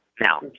Now